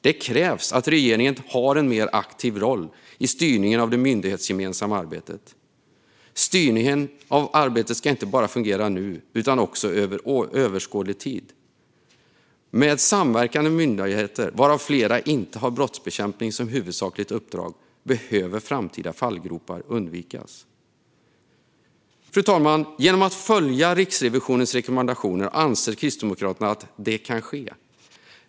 Det krävs att regeringen har en mer aktiv roll i styrningen av det myndighetsgemensamma arbetet. Styrningen av arbetet ska inte bara fungera nu utan också under överskådlig tid. Med tolv samverkande myndigheter, varav flera inte har brottsbekämpning som huvudsakligt uppdrag, behöver framtida fallgropar undvikas. Fru talman! Kristdemokraterna anser att detta kan ske genom att man följer Riksrevisionens rekommendationer.